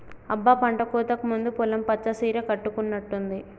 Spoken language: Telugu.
అబ్బ పంటకోతకు ముందు పొలం పచ్చ సీర కట్టుకున్నట్టుంది